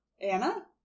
Anna